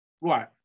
Right